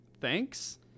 thanks